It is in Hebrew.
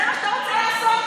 זה מה שאתה רוצה לעשות?